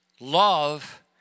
Love